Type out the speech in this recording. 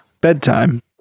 Bedtime